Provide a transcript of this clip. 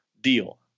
deal